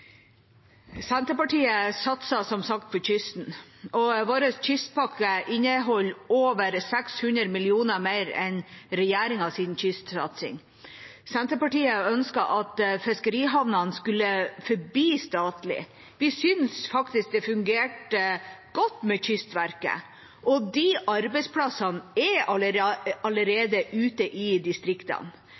Senterpartiet satser som sagt på kysten, og vår kystpakke inneholder over 600 mill. kr mer enn regjeringas kystsatsing. Senterpartiet ønsket at fiskerihavnene skulle forbli statlige. Vi synes det fungerte godt med Kystverket, og de arbeidsplassene er allerede ute i distriktene.